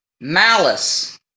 malice